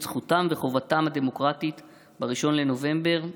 זכותם וחובתם הדמוקרטית ב-1 בנובמבר